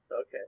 Okay